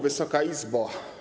Wysoka Izbo!